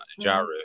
Jaru